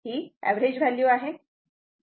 ही average value आहे